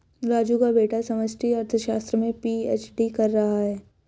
राजू का बेटा समष्टि अर्थशास्त्र में पी.एच.डी कर रहा है